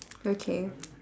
okay